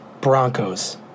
Broncos